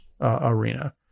arena